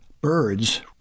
birds